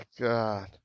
God